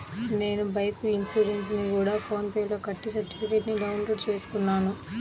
నేను బైకు ఇన్సురెన్సుని గూడా ఫోన్ పే లోనే కట్టి సర్టిఫికేట్టుని డౌన్ లోడు చేసుకున్నాను